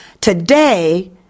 today